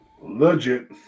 Legit